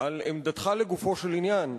על עמדתך לגופו של עניין,